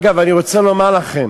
אגב, אני רוצה לומר לכם,